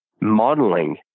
modeling